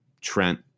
Trent